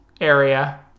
area